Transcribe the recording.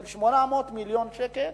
של 800 מיליון שקל